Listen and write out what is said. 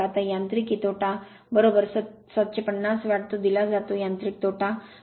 आता यांत्रिकी तोटा 70 750 वॅट तो दिला जातो यांत्रिक तोटा दिला जातो